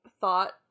thought